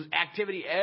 activity